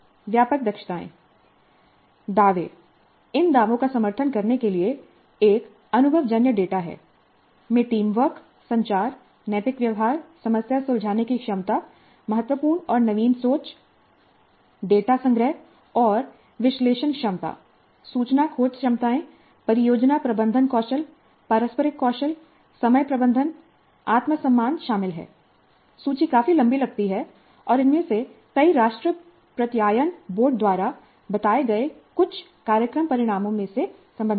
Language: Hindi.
व्यापक दक्षताएं दावे इन दावों का समर्थन करने के लिए एक अनुभवजन्य डेटा है में टीम वर्क संचार नैतिक व्यवहार समस्या सुलझाने की क्षमता महत्वपूर्ण और नवीन सोच डेटा संग्रह और विश्लेषण क्षमता सूचना खोज क्षमताएं परियोजना प्रबंधन कौशल पारस्परिक कौशल समय प्रबंधन आत्मसम्मान शामिल हैं सूची काफी लंबी लगती है और इनमें से कई राष्ट्रीय प्रत्यायन बोर्ड द्वारा बताए गए कुछ कार्यक्रम परिणामों से भी संबंधित हैं